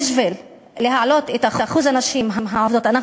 בשביל להעלות את אחוז הנשים העובדות אנחנו